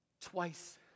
twice